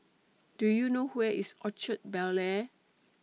Do YOU know Where IS Orchard Bel Air